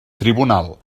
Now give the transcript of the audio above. tribunal